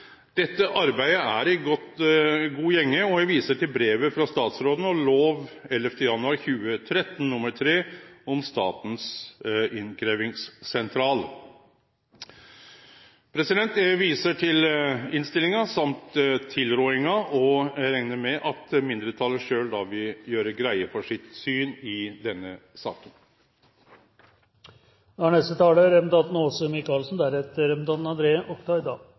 Dette arbeidet er i god gjenge, og eg viser til brevet frå statsråden og lov 11. januar 2013 nr. 3 om Statens innkrevjingssentral. Eg viser til innstillinga og tilrådinga, og eg reknar med at mindretalet sjølv vil gjere greie for sitt syn i denne saka.